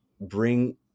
bring